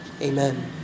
amen